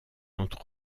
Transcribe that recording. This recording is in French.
entre